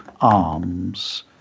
arms